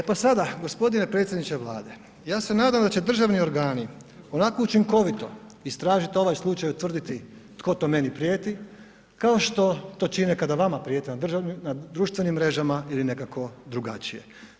E pa sada, gospodine predsjedniče Vlade ja se nadam da će državni organi onako učinkovito istražiti ovaj slučaj, utvrditi tko to meni prijeti kao što to čine kada vama prijete na društvenim mjerama ili nekako drugačije.